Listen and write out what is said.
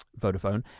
Vodafone